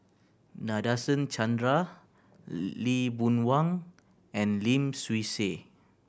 Nadasen Chandra Lee Boon Wang and Lim Swee Say